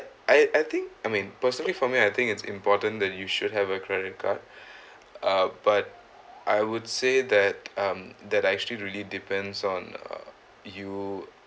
I I think I mean personally for me I think it's important that you should have a credit card uh but I would say that um that actually it really depends on you